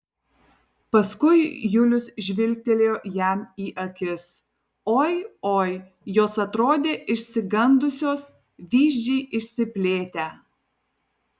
paskui julius žvilgtelėjo jam į akis oi oi jos atrodė išsigandusios vyzdžiai išsiplėtę